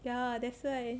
ya that's why